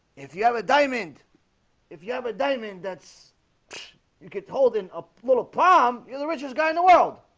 if you have a diamond if you have a diamond, that's you can't hold in a little palm. you're the richest guy in the world